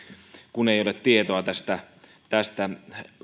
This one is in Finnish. kun ei ole tietoa tästä tästä